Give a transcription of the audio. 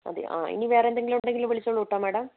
മതിയോ ആഹ് ഇനി വേറെയെന്തെങ്കിലും ഉണ്ടെങ്കിൽ വിളിച്ചോളൂ കേട്ടോ മാഡം